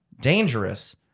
dangerous